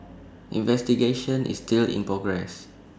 investigation is still in progress